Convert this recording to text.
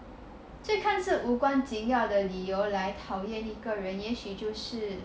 就看是无关紧要的理由来讨厌一个人也许就是